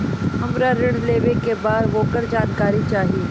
हमरा ऋण लेवे के बा वोकर जानकारी चाही